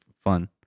fun